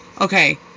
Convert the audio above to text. Okay